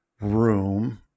room